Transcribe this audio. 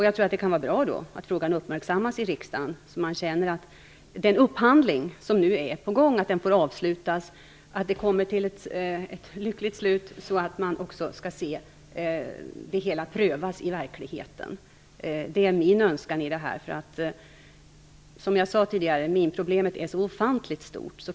Jag tror att det kan vara bra att frågan uppmärksammas i riksdagen så att den upphandling som nu är på gång får avslutas och att projektet kommer till ett lyckligt slut och prövas i verkligheten. Det är min önskan. Som jag sade tidigare är minproblemet så ofantligt stort.